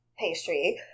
pastry